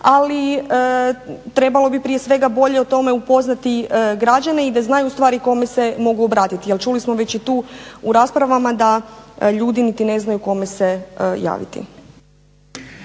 ali trebalo bi prije svega bolje o tome upoznati građane i da znaju kome se mogu obratiti jer čuli smo već tu u raspravama da ljudi niti ne znaju kome se javiti.